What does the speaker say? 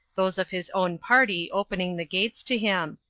those of his own party opening the gates to him.